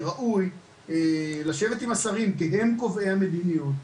שראוי לשבת עם השרים כי הם קובעי המדיניות,